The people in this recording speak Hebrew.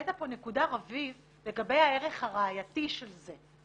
העלית פה נקודה לגבי הערך הראייתי של זה.